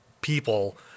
people